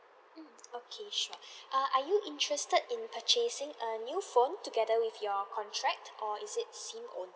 mm okay sure err are you interested in purchasing a new phone together with your contract or is it SIM only